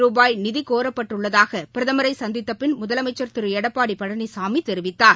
ரூபாய் நிதிகோரப்பட்டுள்ளதாகபிரதமரைசந்தித்தபின் முதலமைச்சா் திருஎடப்பாடிபழனிசாமிதெரிவித்தார்